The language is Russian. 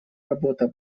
работа